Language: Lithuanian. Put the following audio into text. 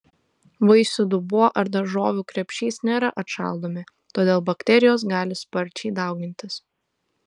vaisių dubuo ar daržovių krepšys nėra atšaldomi todėl bakterijos gali sparčiai daugintis